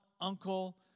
uncle